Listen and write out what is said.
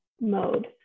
mode